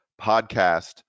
podcast